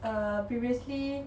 err previously